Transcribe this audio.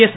S